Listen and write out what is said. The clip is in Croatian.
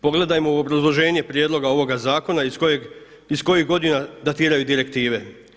Pogledajmo u obrazloženje prijedloga ovoga zakona iz kojih godina datiraju direktive?